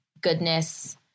goodness